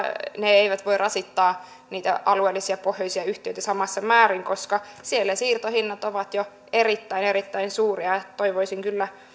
ne velvoitteet eivät voi rasittaa niitä alueellisia pohjoisia yhtiöitä samassa määrin koska siellä siirtohinnat ovat jo erittäin erittäin suuria toivoisin kyllä että